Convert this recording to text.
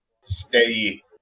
steady